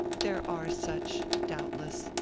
there are such, doubtless,